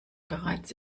bereits